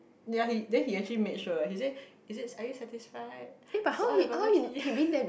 ya he then he actually make sure he said he said are you satisfied so all the bubble tea